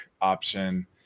option